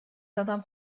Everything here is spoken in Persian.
زدم